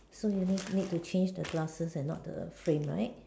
so you need need to change the glasses and not the frame right